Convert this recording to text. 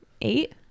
Eight